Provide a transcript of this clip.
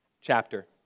chapter